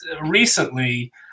Recently